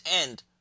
end